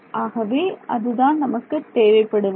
ஆகவே அதுதான் நமக்குத் தேவைப்படுவது